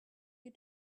you